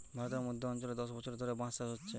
ভারতের মধ্য অঞ্চলে দশ বছর ধরে বাঁশ চাষ হচ্ছে